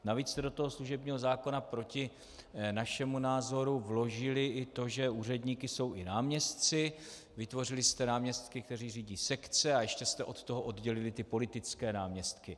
Navíc jste do toho služebního zákona proti našemu názoru vložili i to, že úředníky jsou i náměstci, vytvořili jste náměstky, kteří řídí sekce, a ještě jste od toho oddělili ty politické náměstky.